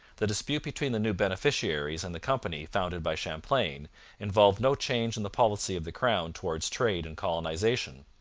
the dispute between the new beneficiaries and the company founded by champlain involved no change in the policy of the crown towards trade and colonization.